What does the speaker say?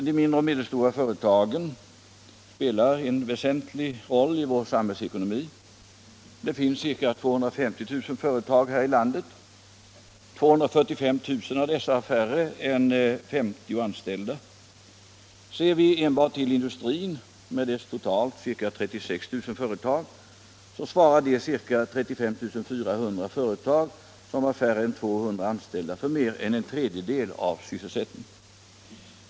De mindre och medelstora företagen spelar en väsentlig roll i vår samhällsekonomi. Det finns ca 250 000 företag här i landet. 245 000 av dessa har färre än 50 anställda. Ser vi enbart till industrin — med dess totalt ca 36 000 företag — finner vi att de ca 35 400 företag som har färre än 200 anställda svarar för mer än en tredjedel av sysselsättningen.